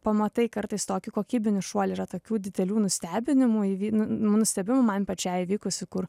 pamatai kartais tokį kokybinį šuolį yra tokių didelių nustebinimų nu nustebimų man pačiai įvykusių kur